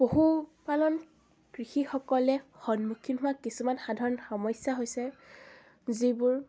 পশুপালন কৃষিসকলে সন্মুখীন হোৱা কিছুমান সাধাৰণ সমস্যা হৈছে যিবোৰ